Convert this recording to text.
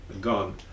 Gone